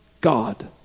God